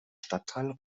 stadtteil